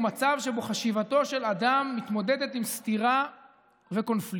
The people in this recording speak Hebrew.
הוא מצב שבו חשיבתו של אדם מתמודדת עם סתירה וקונפליקט.